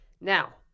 Now